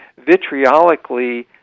vitriolically